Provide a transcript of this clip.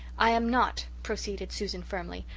i am not, proceeded susan firmly,